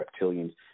reptilians